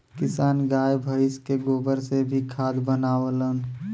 किसान गाय भइस के गोबर से भी खाद बनावलन